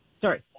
Sorry